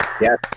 Yes